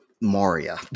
Maria